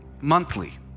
monthly